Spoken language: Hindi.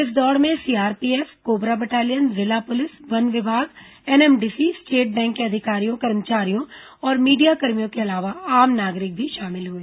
इस दौड़ में सीआरपीएफ कोबरा बटालियन जिला पुलिस वन विभाग एनएमडीसी स्टेट बैंक के अधिकारियों कर्मचारियों और मीडियाकर्मियों के अलावा आम नागरिक भी शामिल हुए